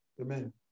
Amen